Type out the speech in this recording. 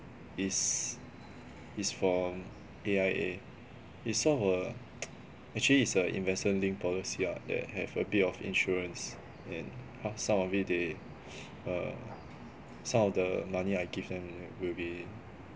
is is from A_I_A it's sort of a actually is a investment link policy lah that have a bit of insurance and half some of it they err some of the money I give them will be